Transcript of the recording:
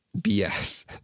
BS